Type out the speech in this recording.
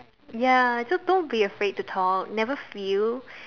ya just don't be afraid to talk never feel